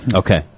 Okay